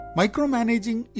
micromanaging